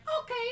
okay